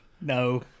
No